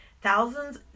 thousands